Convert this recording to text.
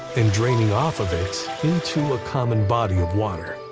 and draining off of it into a common body of water.